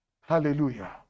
Hallelujah